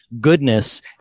goodness